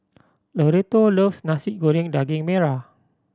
Loretto loves Nasi Goreng Daging Merah